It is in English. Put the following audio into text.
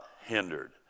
hindered